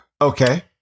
Okay